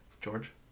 George